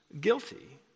guilty